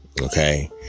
Okay